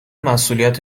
مسئولیت